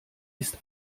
ist